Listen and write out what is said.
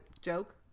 joke